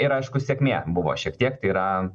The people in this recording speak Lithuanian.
ir aišku sėkmė buvo šiek tiek tai yra